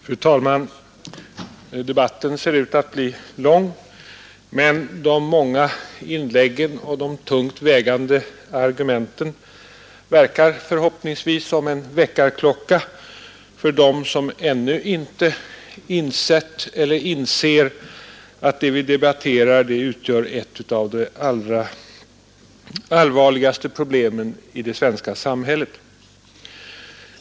Fru talman! Debatten ser ut att bli lång, men de många inläggen och de tungt vägande argumenten verkar förhoppningsvis som en väckarklocka på dem som ännu inte inser att det vi debatterar utgör ett av de allra allvarligaste problemen i det svenska samhället.